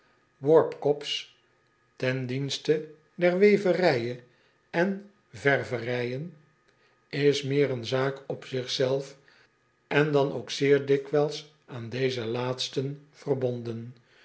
warpcops ten dienste der weverijen en verwerijen is meer een zaak op zichzelf en dan ook zeer dikwijls aan deze laatsten verbonden